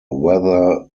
whether